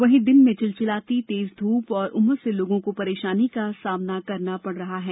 वहीं दिन में चिलचिलाती तेज धूप और उमस से लोगों को परेशानी का सामना करना पड़ रहा है